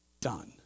done